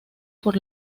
por